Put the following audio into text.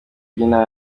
by’inama